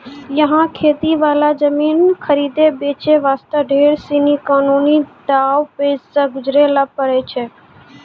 यहाँ खेती वाला जमीन खरीदै बेचे वास्ते ढेर सीनी कानूनी दांव पेंच सॅ गुजरै ल पड़ै छै